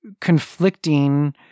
conflicting